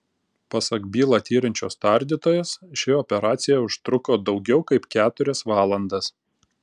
pasak bylą tiriančios tardytojos ši operacija užtruko daugiau kaip keturias valandas